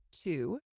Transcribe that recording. two